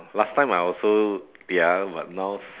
last time I also pia but now